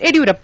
Yediyurappa